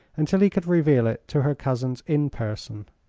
until he could reveal it to her cousins in person.